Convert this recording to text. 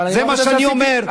זה מה שאני אומר.